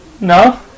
No